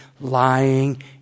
lying